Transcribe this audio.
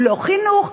לא חינוך,